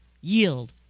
Yield